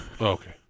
okay